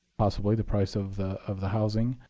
possibly the price of the of the housing,